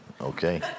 okay